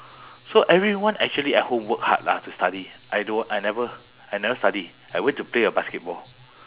so everyone actually at home work hard lah to study I do~ I never I never study I went to play uh basketball